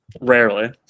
Rarely